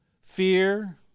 fear